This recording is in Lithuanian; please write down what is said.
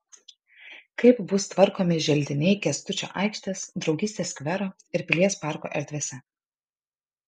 kaip bus tvarkomi želdiniai kęstučio aikštės draugystės skvero ir pilies parko erdvėse